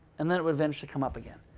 and then it would eventually come up again.